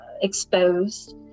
exposed